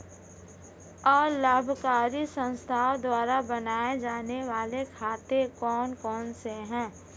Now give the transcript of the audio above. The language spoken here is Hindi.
अलाभकारी संस्थाओं द्वारा बनाए जाने वाले खाते कौन कौनसे हैं?